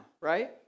right